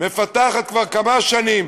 מפתחת כבר כמה שנים,